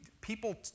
people